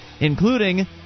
including